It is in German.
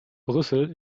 brüssel